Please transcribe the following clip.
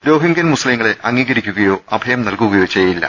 Rohingyan മുസ്തിംങ്ങളെ അംഗീകരി ക്കുകയോ അഭയം നൽകുകയോ ചെയ്യില്ല